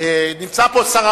נמצא פה שר